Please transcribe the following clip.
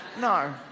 no